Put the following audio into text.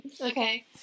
Okay